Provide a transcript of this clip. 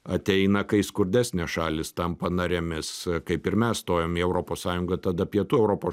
ateina kai skurdesnės šalys tampa narėmis kaip ir mes stojom į europos sąjungą tada pietų europos